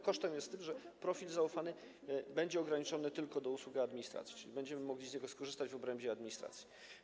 Kosztem jest to, że profil zaufany będzie ograniczony tylko do usług e-administracji, czyli będziemy mogli z niego skorzystać w obrębie e-administracji.